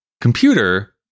computer